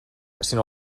sinó